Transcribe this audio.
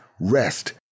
rest